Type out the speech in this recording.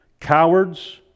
cowards